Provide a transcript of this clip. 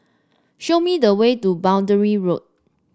show me the way to Boundary Road